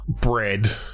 bread